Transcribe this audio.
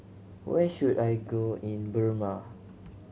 where should I go in Burma